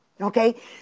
okay